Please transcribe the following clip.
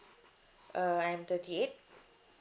uh I am thirty eight